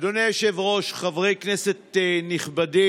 אדוני היושב-ראש, חברי כנסת נכבדים,